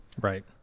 Right